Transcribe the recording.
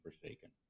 forsaken